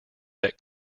that